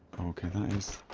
okay that is